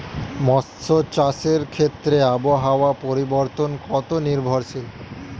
মৎস্য চাষের ক্ষেত্রে আবহাওয়া পরিবর্তন কত নির্ভরশীল?